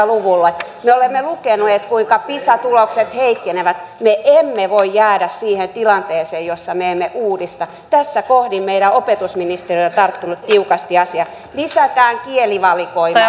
luvulle me olemme lukeneet kuinka pisa tulokset heikkenevät me emme voi jäädä siihen tilanteeseen jossa me emme uudista tässä kohdin meidän opetusministeri on tarttunut tiukasti asiaan lisätään kielivalikoimaa